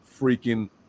freaking